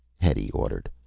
hetty ordered.